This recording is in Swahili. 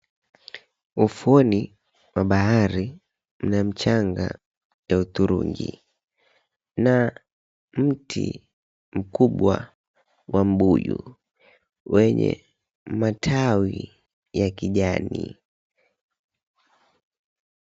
Ufuoni wa bahari, kuna mchanga la hudhurungi na mti mkubwa wa mbuyu wenye matawi ya kijani.